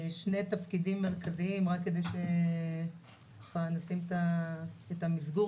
רק כדי לשים את הדברים במסגרת